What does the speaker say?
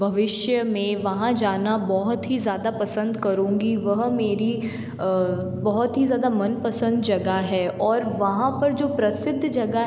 भविष्य में वहाँ जाना बहुत ही ज़्यादा पसंद करूँगी वह मेरी बहुत ही ज़्यादा मनपसंद जगह है और वहाँ पर जो प्रसिद्ध जगह है